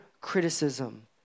criticism